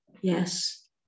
Yes